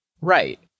Right